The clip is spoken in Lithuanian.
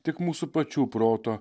tik mūsų pačių proto